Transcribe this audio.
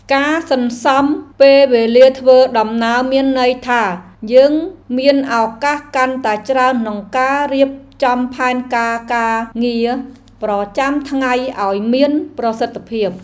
ការសន្សំពេលវេលាធ្វើដំណើរមានន័យថាយើងមានឱកាសកាន់តែច្រើនក្នុងការរៀបចំផែនការការងារប្រចាំថ្ងៃឱ្យមានប្រសិទ្ធភាព។